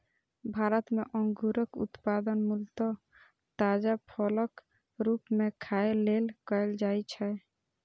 भारत मे अंगूरक उत्पादन मूलतः ताजा फलक रूप मे खाय लेल कैल जाइ छै